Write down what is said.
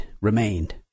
remained